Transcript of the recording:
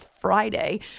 Friday